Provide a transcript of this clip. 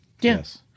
Yes